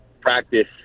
practice